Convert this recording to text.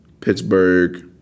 Pittsburgh